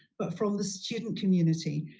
but from the student community,